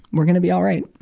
we're gonna be all right.